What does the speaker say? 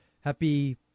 happy